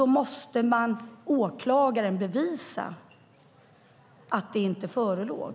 Då måste åklagaren bevisa att det inte förelåg.